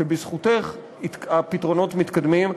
שבזכותך הפתרונות מתקדמים.